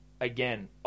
again